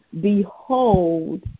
behold